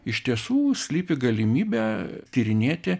iš tiesų slypi galimybė tyrinėti